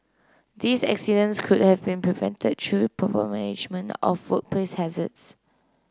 these accidents could have been prevented through proper management of workplace hazards